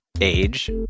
Age